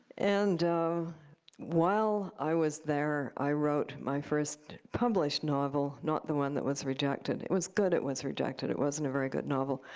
and while i was there, i wrote my first published novel not the one that was rejected. it was good it was rejected. it wasn't a very good novel